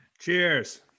Cheers